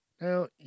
Now